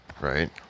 right